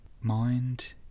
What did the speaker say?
Mind